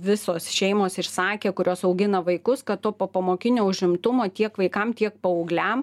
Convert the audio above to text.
visos šeimos išsakė kurios augina vaikus kad to popamokinio užimtumo tiek vaikam tiek paaugliam